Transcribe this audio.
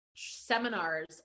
seminars